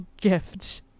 gift